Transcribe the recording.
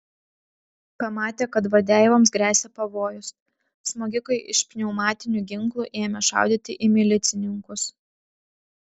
pamatę kad vadeivoms gresia pavojus smogikai iš pneumatinių ginklų ėmė šaudyti į milicininkus